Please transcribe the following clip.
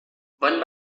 one